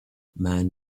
man